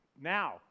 Now